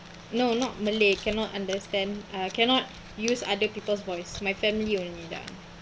no not malay cannot understand err cannot use other people's voice my family only lah